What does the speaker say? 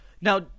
Now